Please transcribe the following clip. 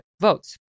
votes